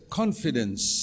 confidence